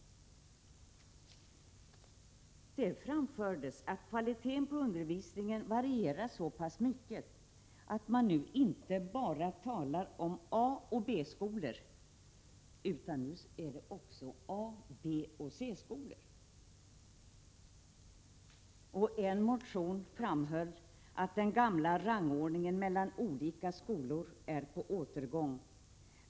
Man anförde att kvaliteten på undervisningen varierar så pass mycket att man nu inte bara talar om A och B-skolor utan om A-, B och C-skolor. I en motion framhölls att den gamla rangordningen mellan olika skolor är på återgång.